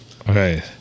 Okay